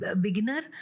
beginner